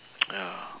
ya